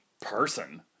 person